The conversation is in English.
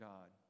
God